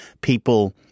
people